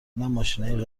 ماشینای